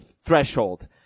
threshold